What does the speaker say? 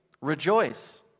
rejoice